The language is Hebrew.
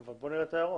בוא נראה את ההערות.